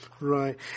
Right